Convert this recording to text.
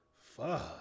fuck